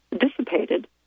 dissipated